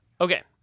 Okay